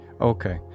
Okay